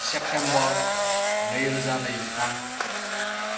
September नैरोजा नैजिथाम